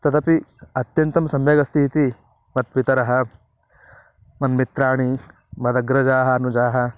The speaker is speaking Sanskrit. तदपि अत्यन्तं सम्यगस्तीति मत्पितरः मन्मित्राणि मदग्रजाः अनुजाः